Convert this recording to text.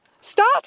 Start